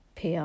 PR